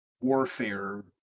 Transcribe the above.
warfare